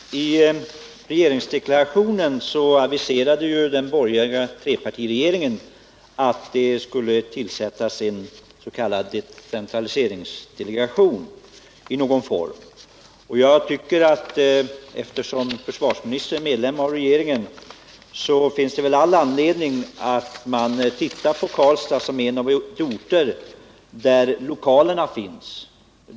Herr talman! I regeringsdeklarationen aviserade den borgerliga trepartiregeringen att det skulle tillsättas en s.k. decentraliseringsdelegation i någon form. Som medlem av regeringen borde försvarsministern enligt min mening beakta att Karlstad är en av de orter som har tillgång till lokaler.